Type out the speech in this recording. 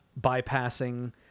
bypassing